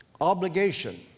Obligation